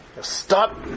Stop